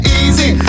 easy